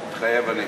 מתחייב אני